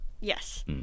Yes